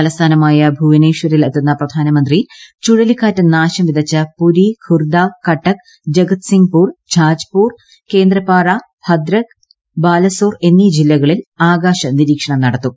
തലസ്ഥാനമായ ഭുവനേശ്വറിൽ എത്തുന്ന പ്രധാനമന്ത്രി ചുഴലിക്കാറ്റ് നാശം വിതച്ച പുരി ഖുർദ കട്ടക് ജഗദ്സിങ്പൂർ ജാജ്പൂർ കേന്ദ്രപാറ ഭദ്രക് ബാലസോർ എന്നീ ജില്ലകളിൽ ആകാശനിരീക്ഷണം നടത്തും